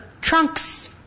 trunks